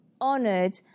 honoured